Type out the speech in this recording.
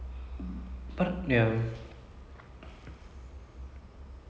so I've never really seen a biography movie being messed up before